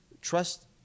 trust